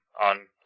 on